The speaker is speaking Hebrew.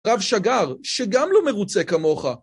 רב שגר, שגם לא מרוצה כמוך.